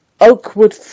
Oakwood